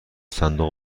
صندوق